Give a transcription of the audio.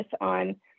on